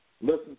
Listen